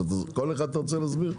כל אחד אתה רוצה להסביר?